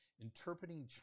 interpreting